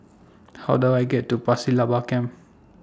How Do I get to Pasir Laba Camp